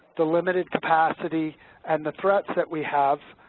the limited capacity and the threats that we have,